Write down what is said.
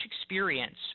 experience